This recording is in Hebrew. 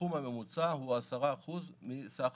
הסכום הממוצע הוא 10% מסך